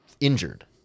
injured